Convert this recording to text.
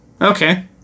Okay